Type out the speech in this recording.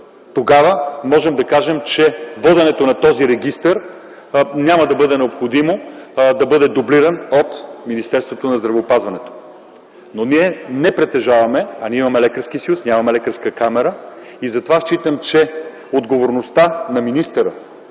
тогава можем да кажем, че воденето на този регистър няма да бъде необходимо да бъде дублирано от Министерството на здравеопазването. Но ние не притежаваме камара. Имаме Лекарски съюз, а нямаме лекарска камара. Затова считам, че отговорността на министъра,